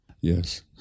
Yes